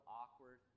awkward